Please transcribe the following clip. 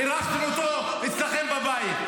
אירחתם אותו אצלכם בבית.